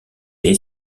est